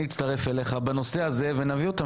אני אצטרף אליך בנושא הזה ונביא אותם